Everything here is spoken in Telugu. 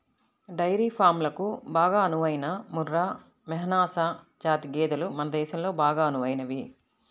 డైరీ ఫారంలకు బాగా అనువైన ముర్రా, మెహసనా జాతి గేదెలు మన దేశంలో బాగా అనువైనవి